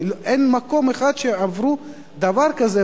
כי זה מקום אחד שעברו דבר כזה,